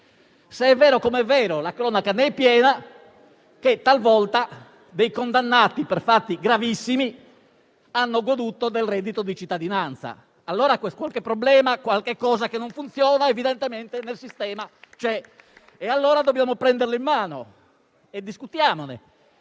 se è vero come è vero (la cronaca è piena di esempi), che talvolta dei condannati per fatti gravissimi hanno goduto del reddito di cittadinanza. Allora qualche problema, qualcosa che non funziona evidentemente nel sistema c'è e dobbiamo prenderlo in mano. Discutiamone,